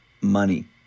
money